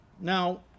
Now